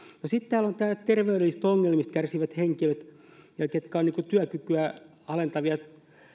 no sitten täällä ovat nämä terveydellisistä ongelmista kärsivät henkilöt joilla on työkykyä alentavia